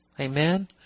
amen